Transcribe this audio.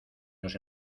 nos